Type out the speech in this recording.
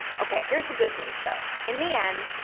ok, here's the good news, though in the end,